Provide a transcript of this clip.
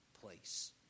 place